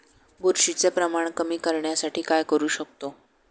बुरशीचे प्रमाण कमी करण्यासाठी काय करू शकतो?